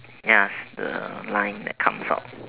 yes the line that comes out